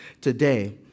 today